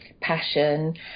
passion